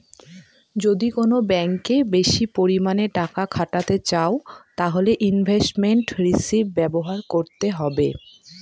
যদি কোন ব্যাঙ্কে বেশি পরিমানে টাকা খাটাতে চাও তাহলে ইনভেস্টমেন্ট রিষিভ ব্যবহার করতে হবে